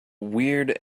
weird